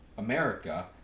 america